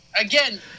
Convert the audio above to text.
again